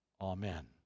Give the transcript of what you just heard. Amen